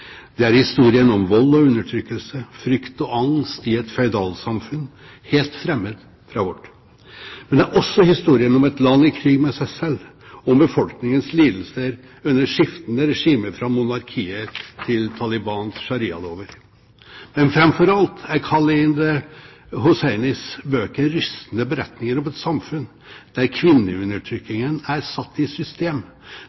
Det er historien om vold og undertrykkelse, frykt og angst i et føydalsamfunn helt fremmed fra vårt. Men det er også historien om et land i krig med seg selv og om befolkningens lidelser under skiftende regimer fra monarkiet til Talibans sharia-lover. Men framfor alt er Khaled Hosseinis bøker rystende beretninger om et samfunn der